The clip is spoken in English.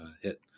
hit